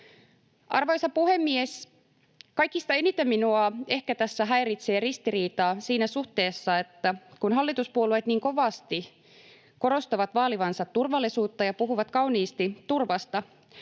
Arvoisa puhemies! Kaikista eniten minua tässä ehkä häiritsee ristiriita siinä suhteessa, että kun hallituspuolueet niin kovasti korostavat vaalivansa turvallisuutta ja puhuvat kauniisti turvasta,